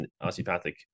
osteopathic